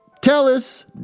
Tellus